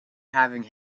having